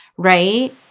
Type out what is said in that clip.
right